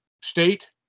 state